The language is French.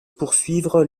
poursuivre